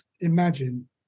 imagine